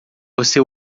você